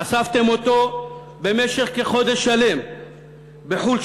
חשפתם אותו במשך כחודש שלם בחולשתו,